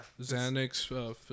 Xanax